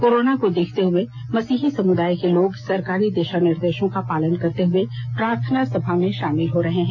corona को देखते हुए मसीही समुदाय के लोग सरकारी दिशा निर्देशों का पालन करते हुए प्रार्थना सभा में शामिल हो रहे हैं